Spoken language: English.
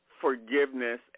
Forgiveness